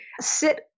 sit